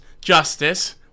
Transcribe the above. Justice